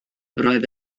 roedd